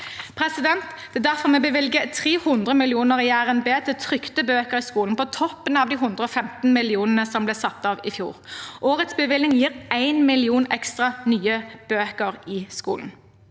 sine. Det er derfor vi bevilger 300 mill. kr i RNB til trykte bøker i skolen – på toppen av de 115 mill. kr som ble satt av i fjor. Årets bevilgning gir én million ekstra nye bøker i skolen.